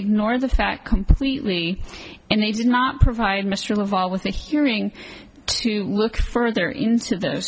ignore the fact completely and they did not provide mr laval with a hearing to look further into th